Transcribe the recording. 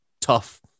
tough